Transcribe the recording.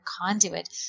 conduit